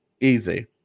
Easy